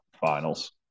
finals